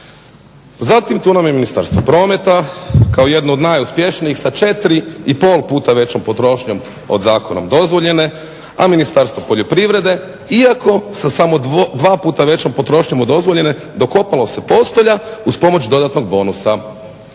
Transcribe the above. Zatim, tu nam je Ministarstvo prometa kao jedno od najuspješnijih sa 4 i pol puta većom potrošnjom od zakonom dozvoljene, a Ministarstvo poljoprivrede iako sa samo 2 puta većom potrošnjom od dozvoljene dokopalo se postolja uz pomoć dodatnog bonusa.